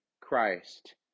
Christ